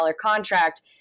contract